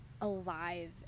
alive